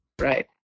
right